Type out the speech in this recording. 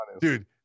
dude